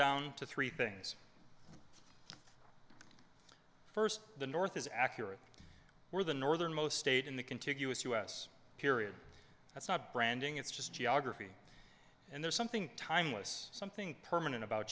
down to three things first the north is accurate or the northernmost state in the contiguous us period that's not branding it's just geography and there's something timeless something permanent about